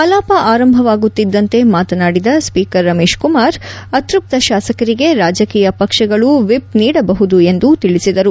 ಕಲಾಪ ಆರಂಭವಾಗುತ್ತಿದ್ದಂತೆ ಮಾತನಾಡಿದ ಸ್ವೀಕರ್ ರಮೇಶ್ ಕುಮಾರ್ ಅತೃಪ್ತ ಶಾಸಕರಿಗೆ ರಾಜಕೀಯ ಪಕ್ಷಗಳು ವ್ತಿಪ್ ನೀಡಬಹುದು ಎಂದು ತಿಳಿಸಿದರು